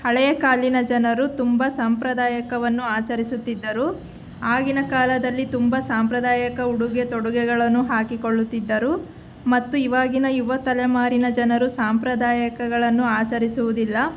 ಹಳೆಯ ಕಾಲದ ಜನರು ತುಂಬ ಸಂಪ್ರದಾಯವನ್ನು ಆಚರಿಸುತ್ತಿದ್ದರು ಆಗಿನ ಕಾಲದಲ್ಲಿ ತುಂಬ ಸಾಂಪ್ರದಾಯಿಕ ಉಡುಗೆ ತೊಡುಗೆಗಳನ್ನು ಹಾಕಿಕೊಳ್ಳುತ್ತಿದ್ದರು ಮತ್ತು ಇವಾಗಿನ ಯುವ ತಲೆಮಾರಿನ ಜನರು ಸಂಪ್ರದಾಯಗಳನ್ನು ಆಚರಿಸುವುದಿಲ್ಲ